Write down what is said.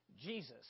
Jesus